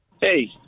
Hey